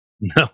no